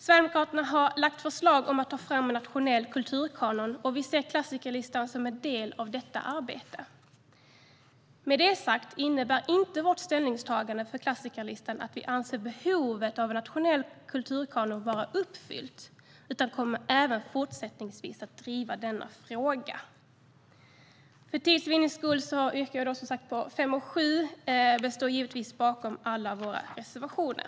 Sverigedemokraterna har lagt fram förslag om att ta fram en nationell kulturkanon, och vi ser klassikerlistan som en del av detta arbete. Med det sagt innebär inte vårt ställningstagande för klassikerlistan att vi anser behovet av en nationell kulturkanon vara uppfyllt, utan vi kommer även fortsättningsvis att driva denna fråga. För tids vinnande yrkar jag bifall endast till reservationerna 5 och 7, men vi står givetvis bakom alla våra reservationer.